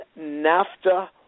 NAFTA